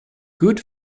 good